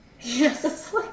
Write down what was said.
Yes